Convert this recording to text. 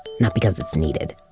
not because it's needed